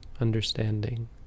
Understanding